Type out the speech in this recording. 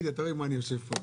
אתה רואה עם מה אני יושב פה.